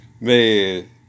Man